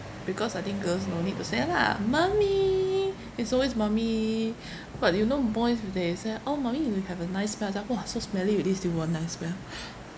because I think girls no need to say lah mummy it's always mummy but you know boys they say oh mummy you have a nice smell I say !wah! so smelly already you still !wah! nice smell